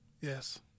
Yes